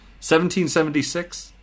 1776